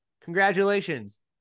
Congratulations